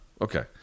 okay